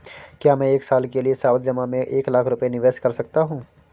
क्या मैं एक साल के लिए सावधि जमा में एक लाख रुपये निवेश कर सकता हूँ?